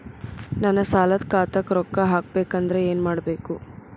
ನನ್ನ ಸಾಲದ ಖಾತಾಕ್ ರೊಕ್ಕ ಹಾಕ್ಬೇಕಂದ್ರೆ ಏನ್ ಮಾಡಬೇಕು?